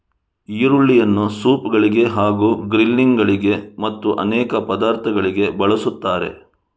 ಈರುಳ್ಳಿಯನ್ನು ಸೂಪ್ ಗಳಿಗೆ ಹಾಗೂ ಗ್ರಿಲ್ಲಿಂಗ್ ಗಳಿಗೆ ಮತ್ತು ಅನೇಕ ಪದಾರ್ಥಗಳಿಗೆ ಬಳಸುತ್ತಾರೆ